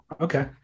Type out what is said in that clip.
okay